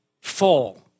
fall